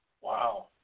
Wow